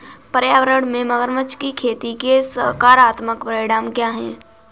पर्यावरण में मगरमच्छ की खेती के सकारात्मक परिणाम क्या हैं?